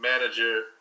manager